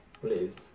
please